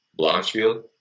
Blanchfield